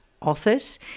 authors